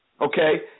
Okay